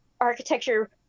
architecture